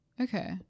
Okay